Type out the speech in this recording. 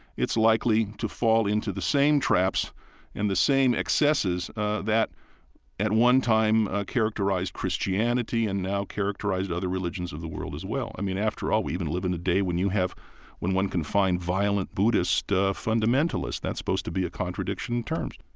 it's likely to fall into the same traps and the same excesses that at one time characterized christianity and now characterized other religions of the world as well. i mean, after all, we even live in a day when you have when one can find violent buddhist ah fundamentalists. that's supposed to be a contradiction in terms